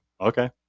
Okay